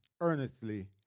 earnestly